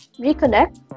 reconnect